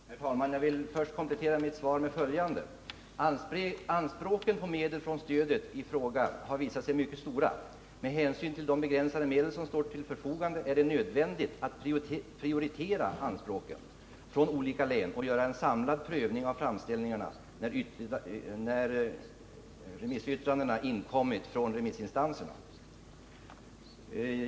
Herr talman! Jag vill först komplettera mitt svar med följande. Anspråken på medel från stödet i fråga har visat sig mycket stora. Med hänsyn till de begränsade medel som står till förfogande är det nödvändigt att prioritera anspråken från olika län och göra en samlad prövning av framställningarna när remissyttrandena inkommit från remissinstanserna.